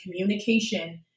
communication